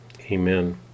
Amen